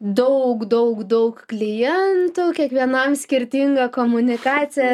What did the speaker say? daug daug daug klientų kiekvienam skirtinga komunikacija